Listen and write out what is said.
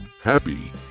Happy